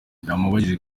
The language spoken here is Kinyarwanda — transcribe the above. yamubajije